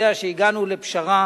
יודע שהגענו לפשרה